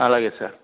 అలాగే సార్